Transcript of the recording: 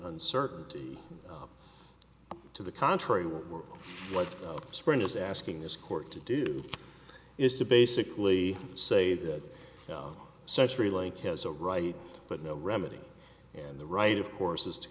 uncertainty to the contrary what we're what sprint is asking this court to do is to basically say that century link has a right but no remedy and the right of course is to